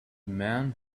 men